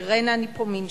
אירנה נפוניאשצי,